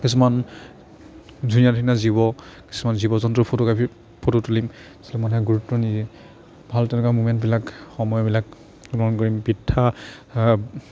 কিছুমান ধুনিয়াৰ ধুনীয়া জীৱ কিছুমান জীৱ জন্তুৰ ফটোগ্ৰাফী ফটো তুলিম চব মানুহে গুৰুত্ব নিদিয়ে ভাল তেনেকুৱা মমেণ্টবিলাক সময়বিলাক গ্ৰহন কৰিম বৃদ্ধা